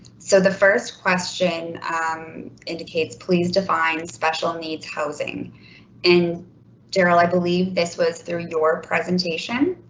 so the first question um indicates please define special needs housing in general. i believe this was through your presentation,